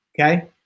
okay